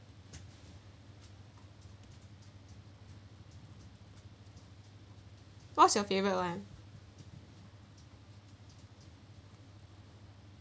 what's your favourite one